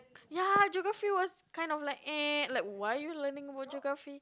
ya Geography was kind of like eh like why you learning about Geography